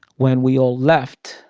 when we all left.